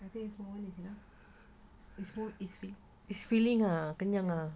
I think this whole week